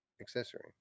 accessory